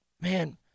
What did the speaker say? man